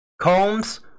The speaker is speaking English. Combs